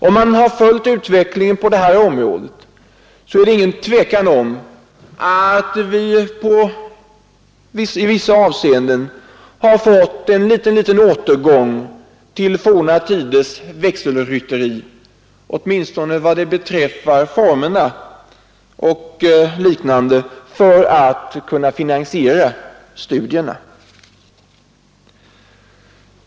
För den som följt utvecklingen på detta område råder det inget tvivel om att vi i vissa avseenden har fått en liten, liten återgång till forna tiders växelrytteri vad beträffar strävan att finansiera studierna, även om formerna skiljer sig jämfört med förr.